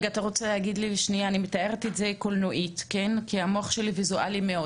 אני מתארת את זה קולנועית כי המוח שלי ויזואלי מאוד,